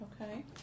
Okay